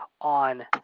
on